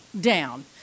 down